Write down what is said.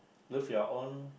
lose your own